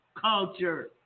Culture